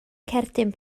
cerdyn